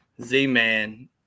Z-Man